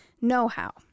know-how